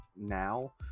Now